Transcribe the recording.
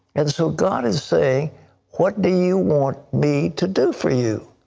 and so god is saying what do you want me to do for you?